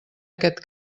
aquest